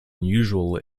unusual